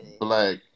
black